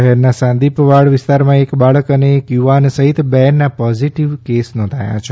શહેરના સાંદીપવાડ વિસ્તારમાં એક બાળક અને એક યુવાન સહિત બે ના પોઝિટિવ કેસ નોંધાયા છે